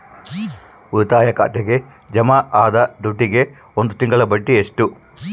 ಉಳಿತಾಯ ಖಾತೆಗೆ ಜಮಾ ಆದ ದುಡ್ಡಿಗೆ ಒಂದು ತಿಂಗಳ ಬಡ್ಡಿ ಎಷ್ಟು?